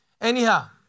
Anyhow